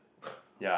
yeah